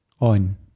on